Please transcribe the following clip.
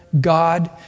God